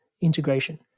integration